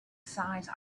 size